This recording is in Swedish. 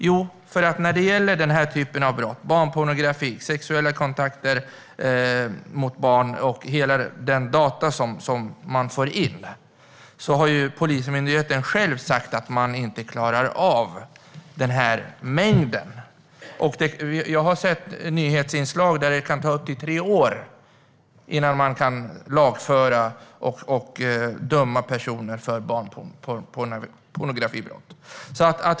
Jo, när det gäller denna typ av brott - barnpornografi och sexuella kontakter med barn - har Polismyndigheten själv sagt att man inte klarar av mängden data man får in. Jag har sett nyhetsinslag om att det kan ta upp till tre år innan man kan lagföra och döma personer för barnpornografibrott.